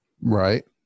right